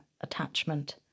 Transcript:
attachment